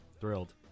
Thrilled